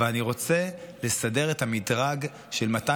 אבל אני רוצה לסדר את המדרג של מתי